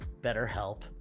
BetterHelp